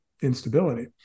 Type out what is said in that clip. instability